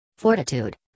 Fortitude